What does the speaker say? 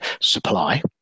supply